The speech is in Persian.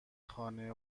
خانه